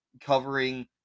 covering